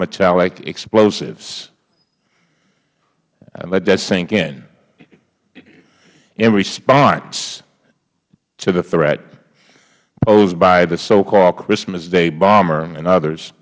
metallic explosives let that sink in in response to the threat posed by the so called christmas day bomber and others